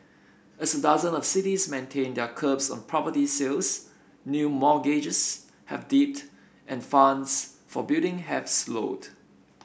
as dozen of cities maintain their curbs on property sales new mortgages have dipped and funds for building have slowed